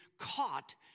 caught